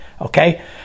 okay